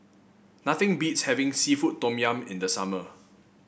nothing beats having seafood Tom Yum in the summer